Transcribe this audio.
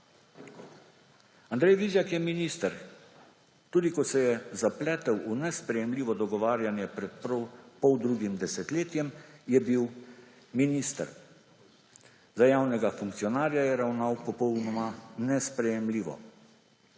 Andrej Vizjak je minister. Tudi ko se je zapletel v nesprejemljivo dogovarjanje pred poldrugim desetletjem, je bil minister. Za javnega funkcionarja je ravnal popolnoma nesprejemljivo.